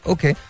Okay